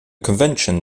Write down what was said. convention